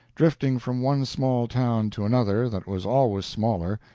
drifting from one small town to another that was always smaller,